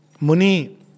muni